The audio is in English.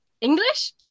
English